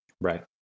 Right